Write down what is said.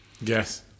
Yes